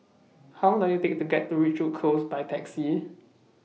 How Long Does IT Take to get to Ridgewood Close By Taxi